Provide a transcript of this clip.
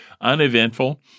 uneventful